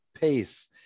pace